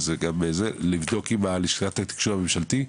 לבדוק עם לשכת התקשוב הממשלתי,